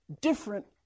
different